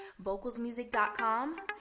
VocalsMusic.com